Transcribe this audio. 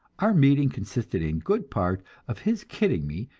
our meeting consisted in good part of his kidding me,